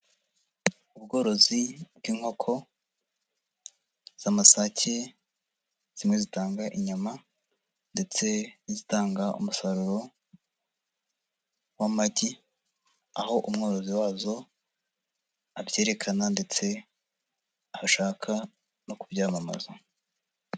Ubworozi bw'inkoko z'amasake, zimwe zitanga inyama ndetse n'izitanga umusaruro w'amagi, aho umworozi wazo abyerekana ndetse agashaka no kubyamamaza.